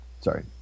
Sorry